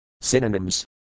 Synonyms